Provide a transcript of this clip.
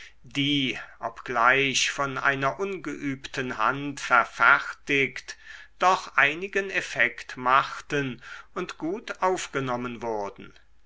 die obgleich von einer ungeübten hand verfertigt doch einigen effekt machten und gut aufgenommen wurden